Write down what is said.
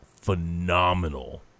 phenomenal